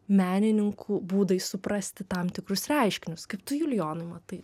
menininkų būdai suprasti tam tikrus reiškinius kaip tu julijonai matai